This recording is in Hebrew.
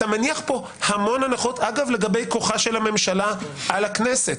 אתה מניח פה המון הנחות לגבי כוחה של הממשלה על הכנסת.